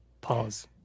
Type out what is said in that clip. Pause